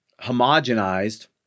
homogenized